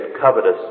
covetous